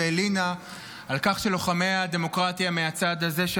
והלינה על כך שלוחמי הדמוקרטיה מהצד הזה של